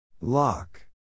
Lock